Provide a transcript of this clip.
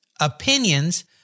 opinions